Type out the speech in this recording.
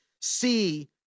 see